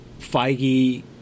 Feige